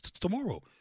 tomorrow